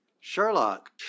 Sherlock